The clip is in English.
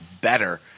better